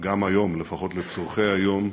גם היום, לפחות לצורכי היום,